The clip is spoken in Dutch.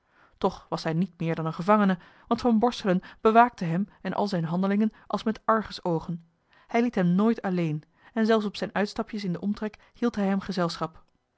toch was hij niet meer dan een gevangene want van borselen bewaakte hem en al zijne handelingen als met argusoogen hij liet hem nooit alleen en zelfs op zijn uitstapjes in den omtrek hield hij hem gezelschap